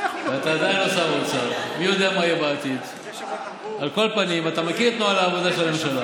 כשלא רוצים להגיד לא, כשלא רוצים אז אומרים: